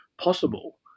possible